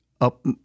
up